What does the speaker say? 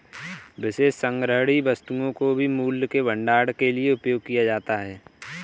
विशेष संग्रहणीय वस्तुओं को भी मूल्य के भंडारण के लिए उपयोग किया जाता है